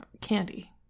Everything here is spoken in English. Candy